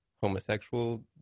homosexual